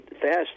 fast